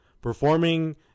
performing